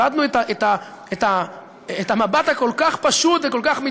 איבדנו את המבט הפשוט כל כך,